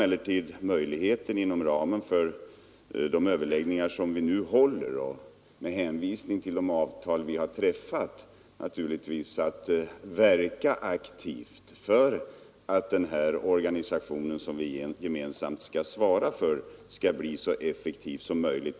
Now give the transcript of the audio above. Inom ramen för de överläggningar som nu pågår och med hänvisning till de avtal vi har träffat får vi naturligtvis möjligheter att verka aktivt för att den organisation som vi gemensamt skall svara för skall bli så effektiv som möjligt.